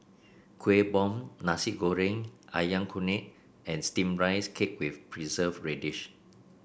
Kueh Bom Nasi Goreng ayam kunyit and steamed Rice Cake with Preserved Radish